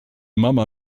mama